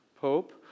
pope